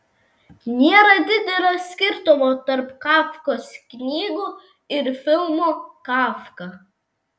nėra didelio skirtumo tarp kafkos knygų ir filmo kafka